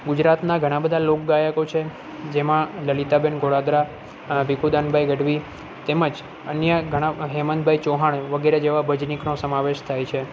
ગુજરાતના ઘણાબધા લોક ગાયકો છે જેમાં લલિતા બેન ઘોડાદરા ભીખુદાન ભાઈ ગઢવી તેમ જ અન્ય ઘણા હેમંત ભાઈ ચૌહાણ વગેરે જેવા ભજનીકનો સમાવેશ થાય છે